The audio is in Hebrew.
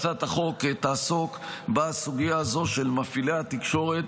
שהצעת החוק תעסוק בסוגיה הזו של מפעילי התקשורת,